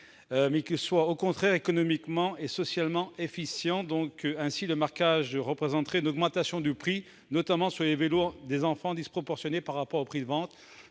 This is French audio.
Il doit être économiquement et socialement efficient. Or le marquage représenterait une augmentation du prix sur les vélos enfants disproportionnée par rapport au prix de vente.